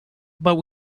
but